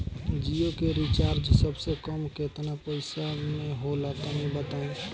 जियो के रिचार्ज सबसे कम केतना पईसा म होला तनि बताई?